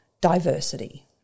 diversity